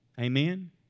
Amen